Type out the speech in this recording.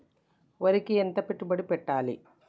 వరికి ఎంత పెట్టుబడి పెట్టాలి?